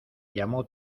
llamó